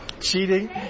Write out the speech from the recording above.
cheating